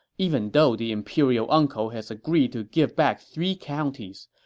even though the imperial uncle has agreed to give back three counties,